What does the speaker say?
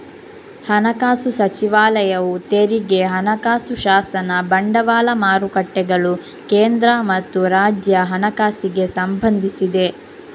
ಹಣಕಾಸು ಸಚಿವಾಲಯವು ತೆರಿಗೆ, ಹಣಕಾಸು ಶಾಸನ, ಬಂಡವಾಳ ಮಾರುಕಟ್ಟೆಗಳು, ಕೇಂದ್ರ ಮತ್ತು ರಾಜ್ಯ ಹಣಕಾಸಿಗೆ ಸಂಬಂಧಿಸಿದೆ